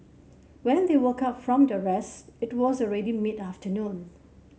when they woke up from their rest it was already mid afternoon